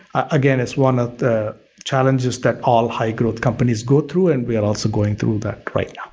again is one of the challenges that all high-growth companies go through and we are also going through that right